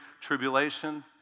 tribulation